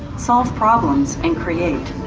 solve problems and create.